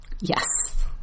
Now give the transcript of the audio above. Yes